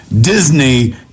Disney